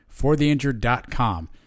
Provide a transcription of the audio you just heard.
fortheinjured.com